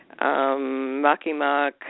Makimak